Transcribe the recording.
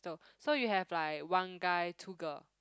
so you have like one guy two girl